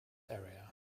area